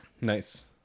Nice